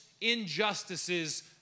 injustices